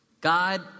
God